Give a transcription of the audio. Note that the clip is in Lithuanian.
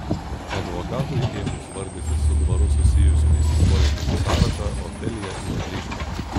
advokatui ėmus vardyti su dvaru susijusių įsiskolinimų sąrašą ofelija išblyško